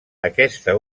aquesta